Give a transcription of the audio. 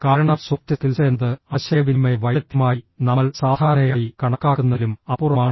കാരണം soft skills എന്നത് ആശയവിനിമയ വൈദഗ്ധ്യമായി നമ്മൾ സാധാരണയായി കണക്കാക്കുന്നതിലും അപ്പുറമാണ്